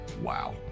Wow